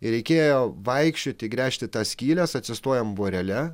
ir reikėjo vaikščioti gręžti tas skyles atsistojom vorele